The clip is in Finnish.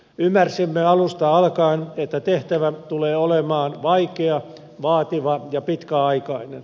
ymmärsimme alusta alkaen että tehtävä tulee olemaan vaikea vaativa ja pitkäaikainen